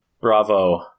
Bravo